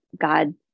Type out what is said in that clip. God